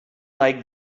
like